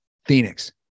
Phoenix